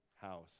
house